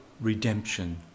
redemption